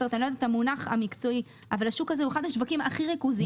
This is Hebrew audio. הדבש הוא אחד השווקים הכי ריכוזיים.